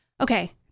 Okay